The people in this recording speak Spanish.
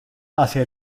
hacia